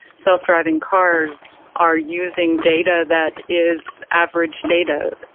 self-driving cars are using data that is average data,